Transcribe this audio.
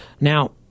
Now